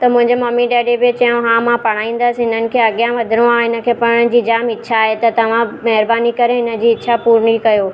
त मुंहिंजे mummy daddy बि चयऊं हा मां पढ़ाईंदसि हिननि खे अॻियां वधिणो आहे हिनखे पढ़ण जी जाम इच्छा आहे त तव्हां महिरबानी करे हिन जी इच्छा पूर्ण कयो